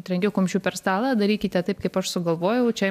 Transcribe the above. trenkiau kumščiu per stalą darykite taip kaip aš sugalvojau čia